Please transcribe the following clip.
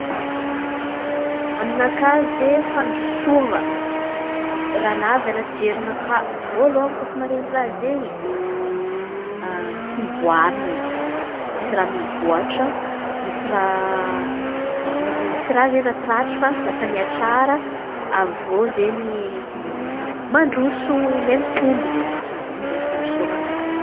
Aminakà izen̈y fandrosoan̈a raha navy anaty jerinakà vôalohany kôfa mare raha izen̈y. Fivoaran̈a izen̈y misy raha mivoatra misy raha misy raha izen̈y ratsiratsy fa lasa mihatsara. Avy eo izen̈y mandroso miha mitombo izen̈y zay ny fandrosoan̈a aminaka.